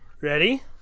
Ready